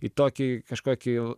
į tokį kažkokį